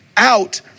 out